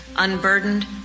unburdened